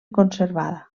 conservada